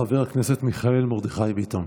חבר הכנסת מיכאל מרדכי ביטון,